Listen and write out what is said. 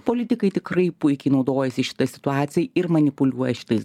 politikai tikrai puikiai naudojasi šita situacija ir manipuliuoja šitais